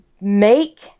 make